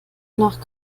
nach